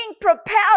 propelled